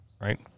Right